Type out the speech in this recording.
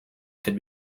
could